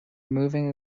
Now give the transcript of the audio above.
moving